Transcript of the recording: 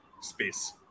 space